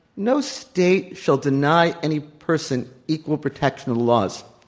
no state shall deny any person equal protection of laws.